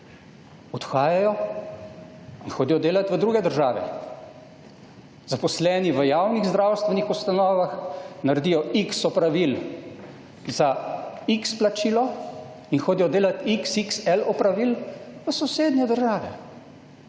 odhajajo in hodijo delati v druge države. Zaposleni v javnih zdravstvenih ustanovah naredijo X opravil za X plačilo in hodijo delati XXL opravil v sosednje države.